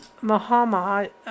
Muhammad